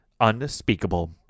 unspeakable